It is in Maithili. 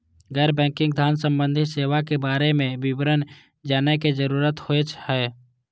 गैर बैंकिंग धान सम्बन्धी सेवा के बारे में विवरण जानय के जरुरत होय हय?